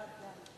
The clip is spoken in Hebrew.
ההצעה להעביר את